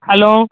hello